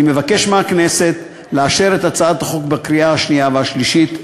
אני מבקש מהכנסת לאשר את הצעת החוק בקריאה השנייה והשלישית.